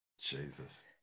Jesus